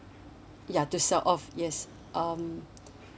ya to sell off yes um